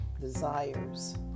desires